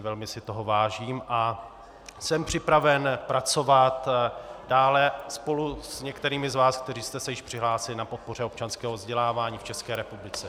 Velmi si toho vážím a jsem připraven pracovat dále spolu s některými z vás, kteří jste se již přihlásili, na podpoře občanského vzdělávání v České republice.